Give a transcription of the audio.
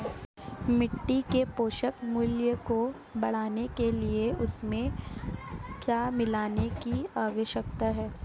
मिट्टी के पोषक मूल्य को बढ़ाने के लिए उसमें क्या मिलाने की आवश्यकता है?